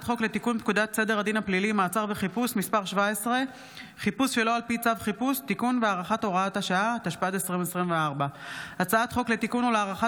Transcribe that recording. מאת חבר הכנסת ארז מלול, הצעת חוק משפחות